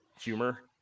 humor